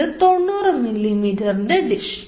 ഇത് 90 mm ൻറെ dish